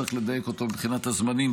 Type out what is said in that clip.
צריך לדייק אותו מבחינת הזמנים,